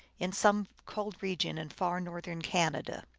in some cold region in far northern canada.